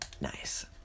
Nice